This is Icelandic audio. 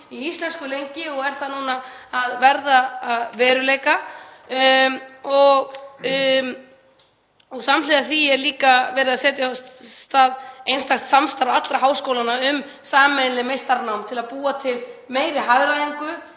í íslensku lengi og er það núna að verða að veruleika. Samhliða því er líka verið að setja af stað einstakt samstarf allra háskólanna um sameiginlegt meistaranám til að búa til meiri hagræðingu